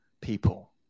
people